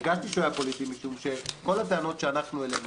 הרגשתי שהוא היה פוליטי משום שכל הטענות שהעלינו